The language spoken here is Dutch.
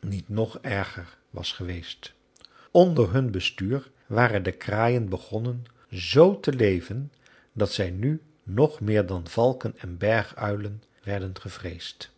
niet nog erger was geweest onder hun bestuur waren de kraaien begonnen zoo te leven dat zij nu nog meer dan valken en berguilen werden gevreesd